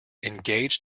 engaged